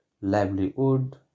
livelihood